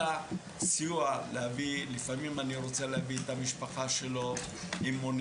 אלא לפעמים אני רוצה להביא את המשפחה שלו במונית,